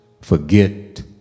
forget